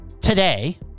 today